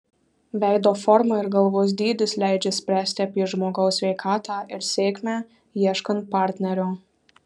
veido forma ir galvos dydis leidžia spręsti apie žmogaus sveikatą ir sėkmę ieškant partnerio